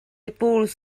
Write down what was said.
épaules